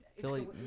Philly